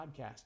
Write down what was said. Podcast